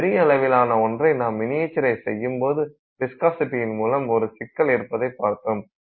பெரிய அளவிலான ஒன்றை நாம் மினியேச்சரைஸ் செய்யும் போது விஸ்காசிட்டியின் மூலம் ஒரு சிக்கல் இருப்பதைக் பார்த்தோம்